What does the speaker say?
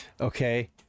Okay